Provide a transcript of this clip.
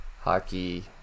Hockey